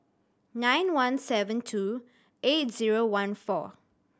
nine one seven two eight zero one four